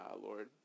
Lord